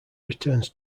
returns